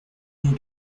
nur